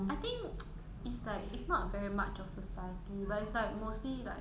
I think it's like it's not very much of society but it's like mostly like